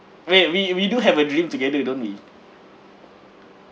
wait we we do have a dream together don't we